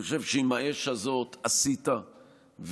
אני חושב שעם האש הזאת עשית וגייסת,